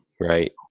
right